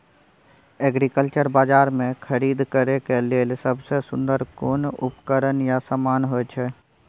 Agriculture बाजार में खरीद करे के लेल सबसे सुन्दर कोन उपकरण या समान होय छै?